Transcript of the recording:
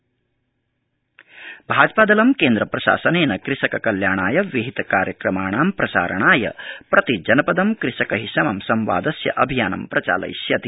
भाजपाकिसान मोर्चा भाजपा दलं केन्द्रप्रशासनेन कृषक कल्याणाय विहित कार्यक्रमाणां प्रसारणाय प्रतिजनपदं कृषकै समं सम्वादस्य अभियानं प्रचालयिष्यति